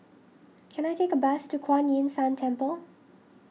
can I take a bus to Kuan Yin San Temple